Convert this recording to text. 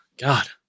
God